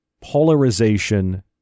polarization